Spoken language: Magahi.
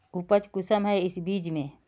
उपज कुंसम है इस बीज में?